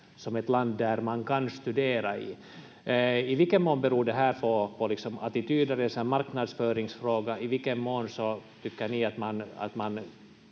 som ett land där man kan studera. I vilken mån beror det här på attityder, eller är det en marknadsföringsfråga, i vilken mån tycker ni att man